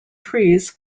trees